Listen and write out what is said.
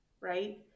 right